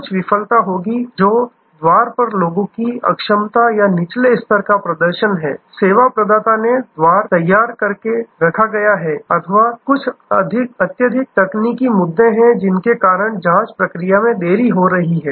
कुछ विफलता होगी जो द्वार पर लोगों की अक्षमता या निचले स्तर का प्रदर्शन है सेवा प्रदाता ने द्वार तैयार रखा गया है अथवा कुछ अत्यधिक तकनीकी मुद्दे हैं जिनके कारण जांच प्रक्रिया में देरी हो रही हैं